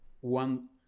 one